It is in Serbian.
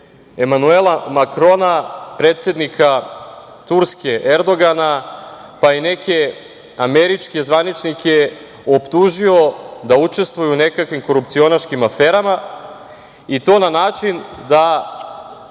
Emanuela Makrona, predsednika Turske Erdogana, pa i neke američke zvaničnike optužio da učestvuju u nekakvim korupcionaškim aferama, i to na način da